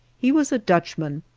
he was a dutchman,